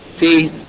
see